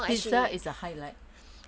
!huh! pizza is a highlight